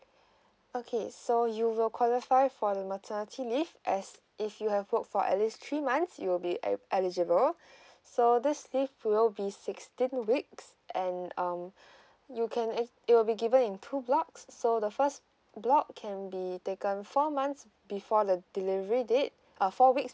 okay so you will qualify for the maternity leave as if you have worked for at least three months you will be e~ eligible so this leave will be sixteen weeks and um you can it will be given in two blocks so the first block can be taken four months before the delivery date uh four weeks